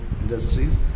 industries